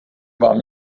vám